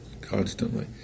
Constantly